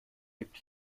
gibt